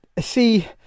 See